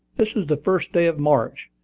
this is the first day of march.